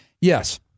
Yes